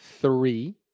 Three